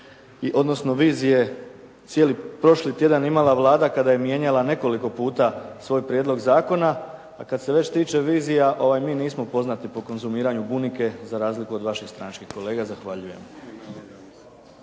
odnosno vizije, cijeli prošli tjedan imala Vlada kada je nekoliko puta svoj prijedlog zakona, a kada se već tiče vizija mi nismo poznati po konzumiranju bunike za razliku od vaših stranačkih kolega. Zahvaljujem.